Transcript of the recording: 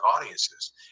audiences